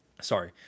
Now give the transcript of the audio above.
Sorry